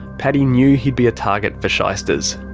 paddy knew he'd be a target for shysters.